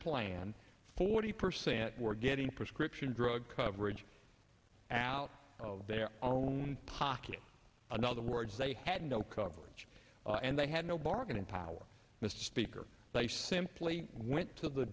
plan forty percent were getting prescription drug coverage out of their own pocket and other words they had no coverage and they had no bargaining power mr speaker they simply went to the